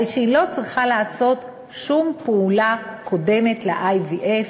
הרי שהיא לא צריכה לעשות שום פעולה קודמת ל-IVF,